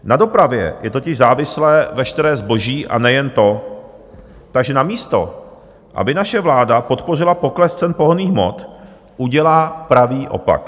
Na dopravě je totiž závislé veškeré zboží, a nejen to, takže namísto aby naše vláda podpořila pokles cen pohonných hmot, udělá pravý opak.